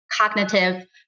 cognitive